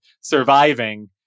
surviving